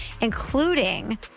including